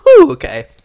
Okay